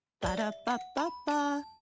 Ba-da-ba-ba-ba